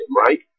right